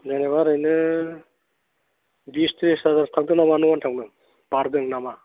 जेनेबा ओरैनो बिस त्रिस हाजारसो थांदों नामा न' आन्थायावनो बारदों नामा